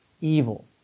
evil